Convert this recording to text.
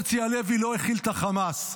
הרצי הלוי לא הכיל את חמאס,